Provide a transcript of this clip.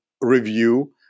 review